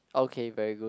okay very good